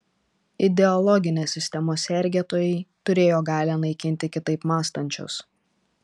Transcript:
ideologinės sistemos sergėtojai turėjo galią naikinti kitaip mąstančius